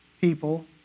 people